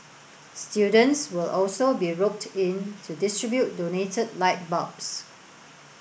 students will also be roped in to distribute donated light bulbs